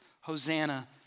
Hosanna